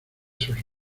sus